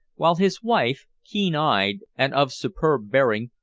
while his wife, keen-eyed and of superb bearing,